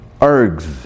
ergs